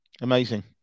Amazing